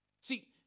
See